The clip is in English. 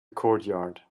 courtyard